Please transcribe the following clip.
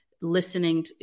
listening